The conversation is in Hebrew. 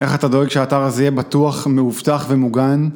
איך אתה דואג שהאתר הזה יהיה בטוח, מאובטח ומוגן?